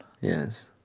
Yes